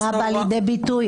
אבל מה בא לידי ביטוי?